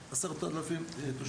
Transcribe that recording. שיש בהם 10000 תושבים.